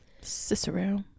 Cicero